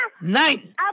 Nine